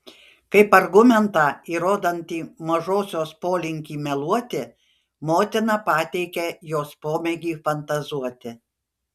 kaip argumentą įrodantį mažosios polinkį meluoti motina pateikė jos pomėgį fantazuoti